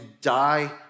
die